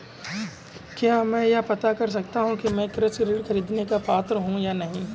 क्या मैं यह पता कर सकता हूँ कि मैं कृषि ऋण ख़रीदने का पात्र हूँ या नहीं?